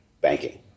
banking